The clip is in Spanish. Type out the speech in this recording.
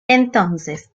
entonces